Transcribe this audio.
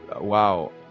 wow